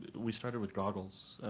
we started with goggles.